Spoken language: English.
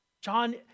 John